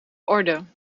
orde